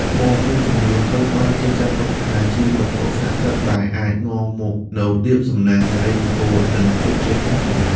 ថ្មមួយចំនួនត្រូវបានគេចាត់ទុកថាជាវត្ថុស័ក្តិសិទ្ធិដែលអាចនាំមកនូវលាភសំណាង សិរីមង្គល និងជោគជ័យក្នុងជីវិត។